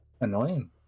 annoying